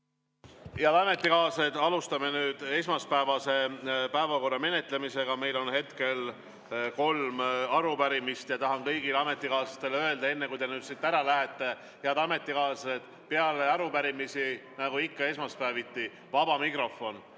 Head ametikaaslased! Alustame esmaspäevase päevakorra menetlemist. Meil on täna kolm arupärimist. Tahan kõigile ametikaaslastele öelda, enne kui te siit ära lähete, head ametikaaslased, et peale arupärimisi, nagu ikka esmaspäeviti, on vaba mikrofon.